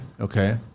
Okay